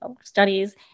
studies